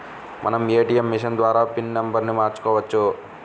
మనం ATM machine ద్వారా pin నెంబర్ను మార్చుకోవచ్చు